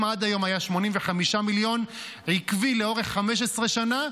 אם עד היום היו 85 מיליון עקבי לאורך 15 שנה,